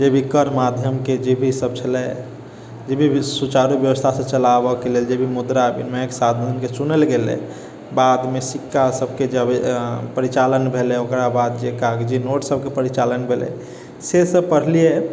जे भी कर माध्यमके जे भी सब छलै जे भी सुचारू रूप व्यवस्था से चलाबऽके लेल जे भी मुद्रा विनिमयके साधनके चुनल गेलैया बादमे सिक्का सबके जब परिचालन भेलै ओकरा बाद जे कागजी नोट सबके परिचालन भेलै से सब पढ़लियै